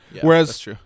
Whereas